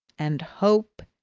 and hope.